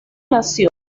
nació